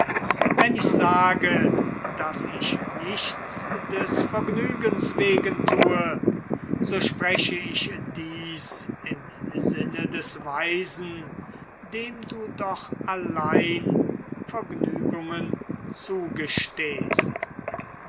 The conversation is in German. wenn ich sage daß ich nichts des vergnügens wegen thue so spreche ich dies im sinne des weisen dem du doch allein vergnügen zugestehst